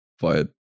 via